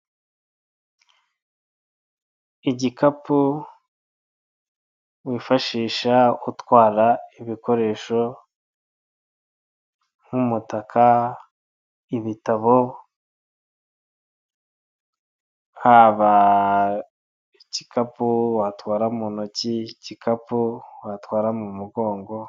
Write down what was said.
Igikapu wifashisha utwara ibikoresho nk'umutaka, ibitabo haba igikapu watwara mu ntoki, ikikapu watwara mu mugongo...